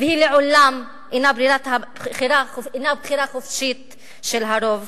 והיא לעולם אינה בחירה חופשית של הרוב.